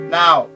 now